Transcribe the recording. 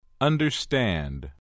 understand